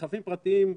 רכבים פרטיים,